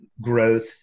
growth